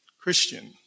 Christian